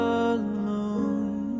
alone